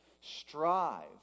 strive